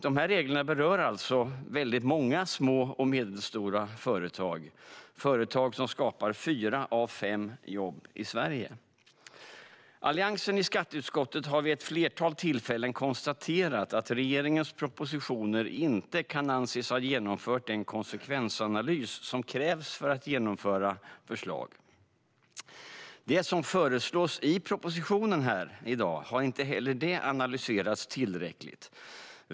Dessa regler berör väldigt många små och medelstora företag - det är företag som skapar fyra av fem jobb i Sverige. Alliansen i skatteutskottet har vid ett flertal tillfällen konstaterat att man i fråga om regeringens propositioner inte kan anses ha genomfört den konsekvensanalys som krävs för att genomföra förslag. Det som föreslås i propositionen här i dag har inte heller det analyserats tillräckligt.